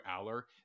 Aller